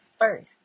first